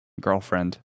girlfriend